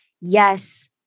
Yes